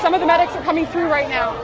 some of the medics are coming through right now